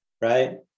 right